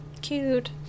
Cute